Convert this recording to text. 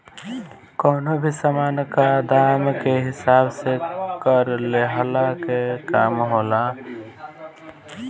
कवनो भी सामान कअ दाम के हिसाब से कर लेहला के काम होला